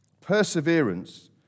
perseverance